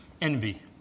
Envy